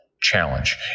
challenge